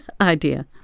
idea